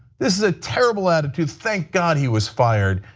this is a terrible attitude. thank god he was fired,